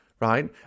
right